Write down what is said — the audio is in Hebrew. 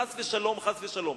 חס ושלום חס ושלום,